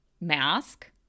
Mask